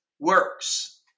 works